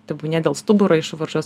tebūnie dėl stuburo išvaržos